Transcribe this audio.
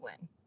win